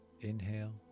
Inhale